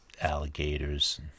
Alligators